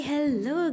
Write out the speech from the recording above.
Hello